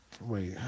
Wait